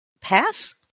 pass